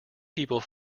people